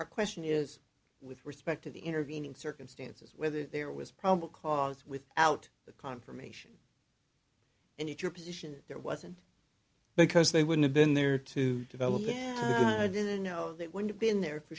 our question is with respect to the intervening circumstances whether there was probable cause without the confirmation and if your position there wasn't because they would have been there to develop yeah i didn't know that when you've been there for